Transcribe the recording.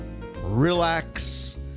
relax